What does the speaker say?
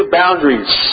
boundaries